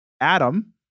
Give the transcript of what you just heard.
Adam